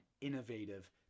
innovative